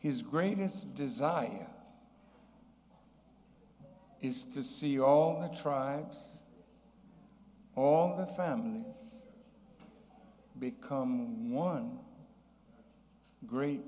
his greatest desire is to see all the tribes all the family become one great